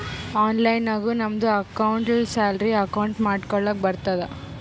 online ನಾಗು ನಮ್ದು ಅಕೌಂಟ್ಗ ಸ್ಯಾಲರಿ ಅಕೌಂಟ್ ಮಾಡ್ಕೊಳಕ್ ಬರ್ತುದ್